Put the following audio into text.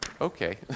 okay